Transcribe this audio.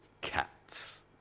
cats